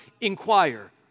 inquire